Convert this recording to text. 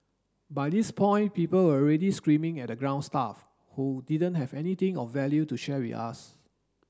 by this point people were already screaming at the ground staff who didn't have anything of value to share with us